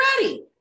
ready